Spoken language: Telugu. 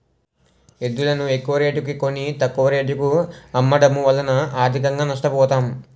ఎద్దులును ఎక్కువరేటుకి కొని, తక్కువ రేటుకు అమ్మడము వలన ఆర్థికంగా నష్ట పోతాం